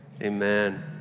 amen